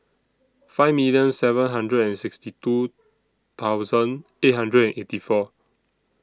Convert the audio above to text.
five million seven hundred and sixty two thousand eight hundred and eighty four